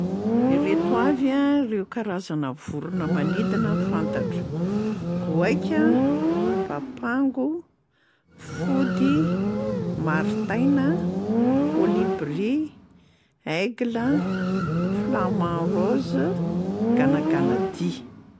Ireto avy a reo karazana vorona manidina fantatro: goaika, papango, fody, maritaina, kôlibria, aigle, flamand rose, ganaganadia.